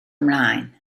ymlaen